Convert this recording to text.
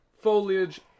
foliage